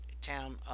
town